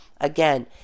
again